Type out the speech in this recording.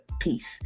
peace